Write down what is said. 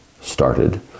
started